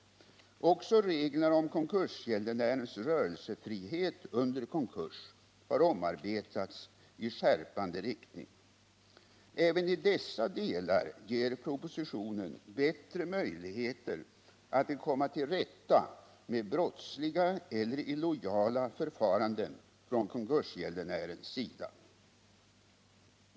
Även reglerna om konkursgäldenärens rörelsefrihet under konkurs har arbetats om i skärpande riktning. Även i dessa delar ger propositionen bättre möjligheter att komma till rätta med brottsliga eller illojala förfaranden från konkursgäldenärens sida.